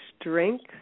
Strength